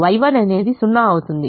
Y1 అనేది 0 అవుతుంది